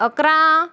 अकरा